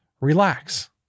Relax